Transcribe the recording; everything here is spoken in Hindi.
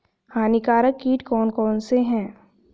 हानिकारक कीट कौन कौन से हैं?